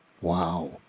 Wow